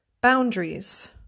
Boundaries